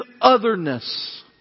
otherness